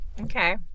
Okay